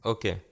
Okay